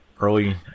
early